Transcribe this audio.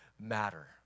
matter